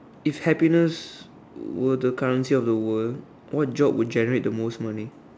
if happiness were the currency of the world what job would generate the most money